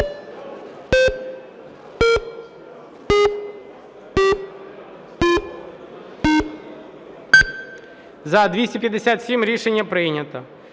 За-215 Рішення прийнято.